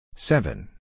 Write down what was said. Seven